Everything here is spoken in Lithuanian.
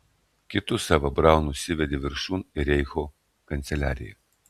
kitus eva braun nusivedė viršun į reicho kanceliariją